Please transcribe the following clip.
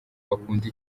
bakunda